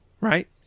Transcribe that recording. Right